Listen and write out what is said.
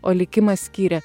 o likimas skyrė